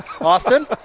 Austin